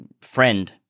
friend